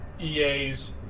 EAs